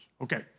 Okay